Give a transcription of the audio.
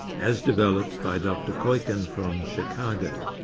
as developed by dr kuiken from chicago.